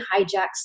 hijacks